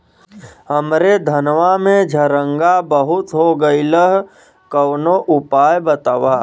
हमरे धनवा में झंरगा बहुत हो गईलह कवनो उपाय बतावा?